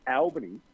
albany